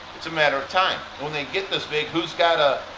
it's a matter of time. when they get this big who's got a.